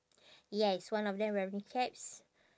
yes one of them wearing caps